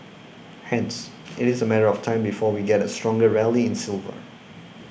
hence it is a matter of time before we get a stronger rally in silver